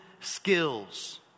skills